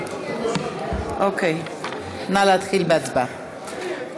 נא להתחיל בהצבעה.